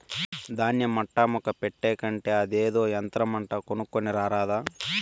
దాన్య మట్టా ముక్క పెట్టే కంటే అదేదో యంత్రమంట కొనుక్కోని రారాదా